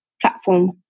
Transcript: platform